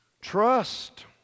Trust